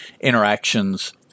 interactions